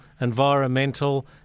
environmental